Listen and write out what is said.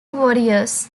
warriors